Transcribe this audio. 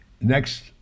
Next